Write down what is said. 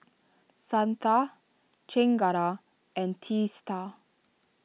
Santha Chengara and Teesta